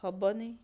ହେବନି